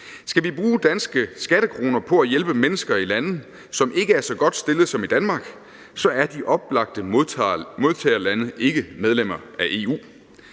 Skal vi bruge danske skattekroner på at hjælpe mennesker i lande, hvor de ikke er så godt stillet som i Danmark, er de oplagte modtagerlande ikke medlemmer af EU.